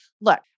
look